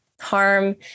harm